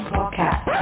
Podcast